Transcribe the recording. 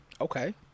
Okay